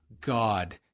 God